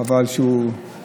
חבל שהוא עומד.